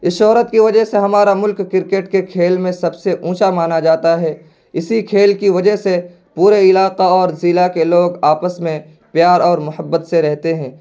اس شہرت کی وجہ سے ہمارا ملک کرکٹ کے کھیل میں سب سے اونچا مانا جاتا ہے اسی کھیل کی وجہ سے پورے علاقہ اور ضلع کے لوگ آپس میں پیار اور محبت سے رہتے ہیں